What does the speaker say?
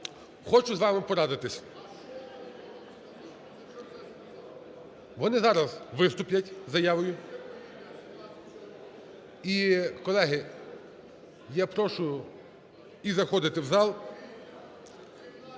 хочу з вами порадитися. Вони зараз виступлять із заявою і, колеги, я прошу заходити в зал,